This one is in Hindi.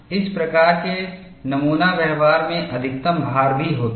इस प्रकार के नमूना व्यवहार में अधिकतम भार भी होता है